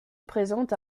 présente